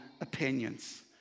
opinions